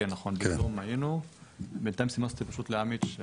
ככה כדי להבין ממנו, לשמוע